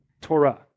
Torah